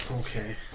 Okay